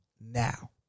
Now